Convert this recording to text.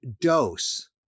dose